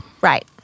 Right